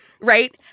Right